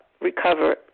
recover